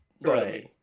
Right